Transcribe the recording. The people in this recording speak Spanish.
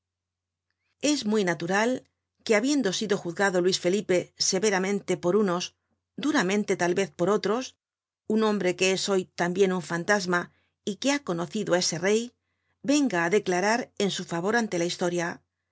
es muy natural que habiendo sido juzgado luis felipe severamente por unos duramente tal vez por otros un hombre que es hoy tambien un fantasma y que ha conocido á ese rey venga á declarar en su favor ante la historia